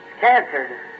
cancer